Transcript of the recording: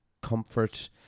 comfort